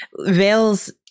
Vales